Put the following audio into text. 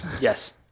Yes